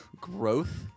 growth